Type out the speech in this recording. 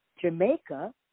Jamaica